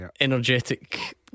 Energetic